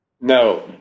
No